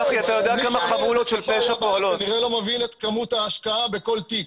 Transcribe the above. אתה כנראה לא מבין את כמות ההשקעה בכל תיק.